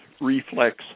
reflex